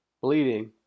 bleeding